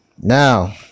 now